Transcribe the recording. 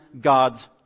God's